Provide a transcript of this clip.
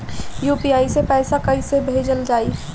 UPI से पैसा कइसे भेजल जाई?